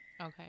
Okay